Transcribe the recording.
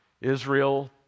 Israel